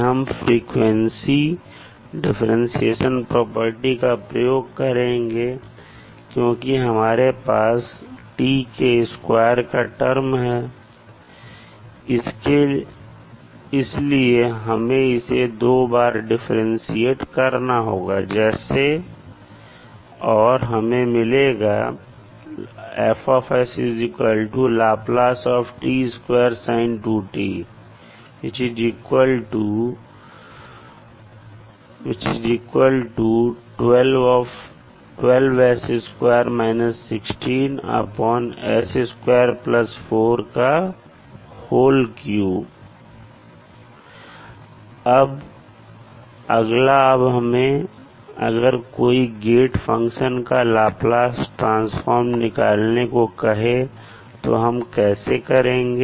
अब हम frequency differentiation property का प्रयोग करेंगे क्योंकि हमारे पास t के स्क्वायर क का टर्म है इसलिए हमें इसे दो बार डिफरेंटशिएट करना होगा जैसे और हमें मिलेगा अगला अब हमें अगर कोई गेट फंक्शन का लाप्लास ट्रांसफॉर्मर निकालने को कहें तो हम कैसे करेंगे